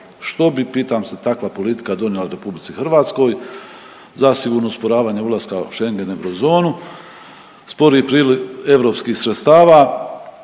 Što bi pitam se takva politika donijela RH? Zasigurno osporavanje ulaska u Schengen i eurozonu, sporiji priliv europskih sredstava,